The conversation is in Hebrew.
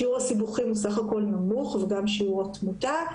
שיעור הסיבוכים הוא בסך הכל נמוך וגם שיעור התמותה,